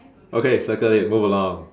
okay circle it move along